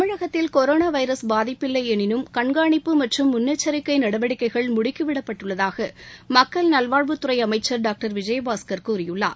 தமிழகத்தில் corona virus பாதிப்பில்லையெனினும் கண்கானிப்பு மற்றும் முன்னெச்சரிக்கை நடவடிக்கைகள் முடுக்கிவிடப்பட்டுள்ளதாக மக்கள் நல்வாழ்வுத் துறை அமைச்சர் டாக்டர் விஜயபாஸ்கர் கூறியுள்ளார்